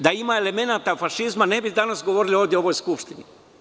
Da ima elemenata fašizma, ne bi danas govorili ovde u ovoj Skupštini.